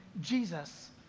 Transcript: Jesus